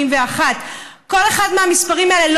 581. כל אחד מהמספרים האלה,